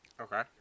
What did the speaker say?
Okay